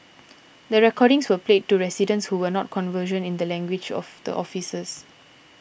the recordings were played to residents who were not conversant in the language of the officers